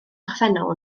gorffennol